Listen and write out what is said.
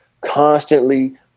constantly